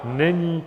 Není.